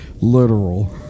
Literal